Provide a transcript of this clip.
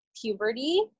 puberty